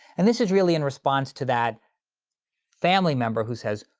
and this is really in response to that family member who says,